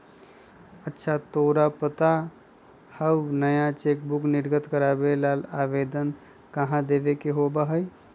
अच्छा तोरा पता हाउ नया चेकबुक निर्गत करावे ला आवेदन कहाँ देवे के होबा हई?